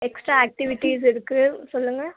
extra activities இருக்குது சொல்லுங்க